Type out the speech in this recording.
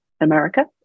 America